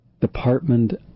Department